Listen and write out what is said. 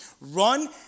Run